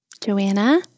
Joanna